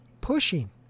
pushing